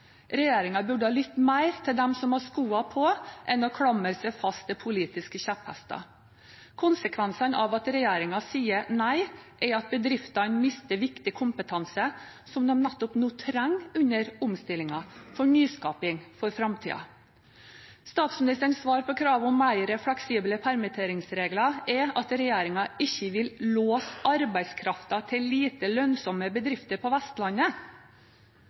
burde lytte mer til dem som har skoene på enn å klamre seg fast til politiske kjepphester. Konsekvensene av at regjeringen sier nei, er at bedriftene mister viktig kompetanse som de nettopp nå trenger under omstillingen, for nyskaping og for framtiden. Statsministerens svar på kravet om mer fleksible permitteringsregler er at regjeringen ikke vil låse arbeidskraften til lite lønnsomme bedrifter på Vestlandet.